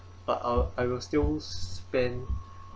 but ah I will still spend